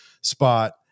spot